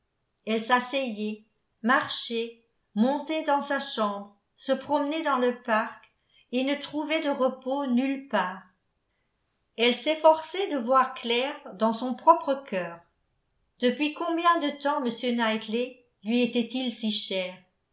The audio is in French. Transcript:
elle s'asseyait marchait montait dans sa chambre se promenait dans le parc et ne trouvait de repos nulle part elle s'efforçait de voir clair dans son propre cœur depuis combien de temps m knightley lui était-il si cher